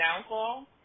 downfall